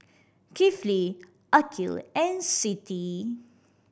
Kifli Aqil and Siti